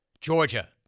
Georgia